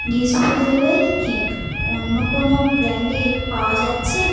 disposable কি অন্য কোনও ব্র্যান্ডে পাওয়া যাচ্ছে